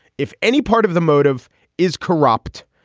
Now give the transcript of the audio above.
if any part of the motive is corrupt,